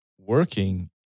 working